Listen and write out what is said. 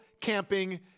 camping